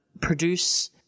produce